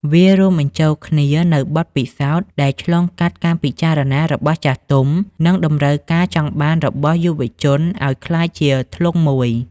វារួមបញ្ចូលគ្នានូវបទពិសោធន៍ដែលឆ្លងកាត់ការពិចារណារបស់ចាស់ទុំ និងតម្រូវការចង់បានរបស់យុវវ័យឱ្យក្លាយជាធ្លុងមួយ។